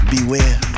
Beware